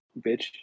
bitch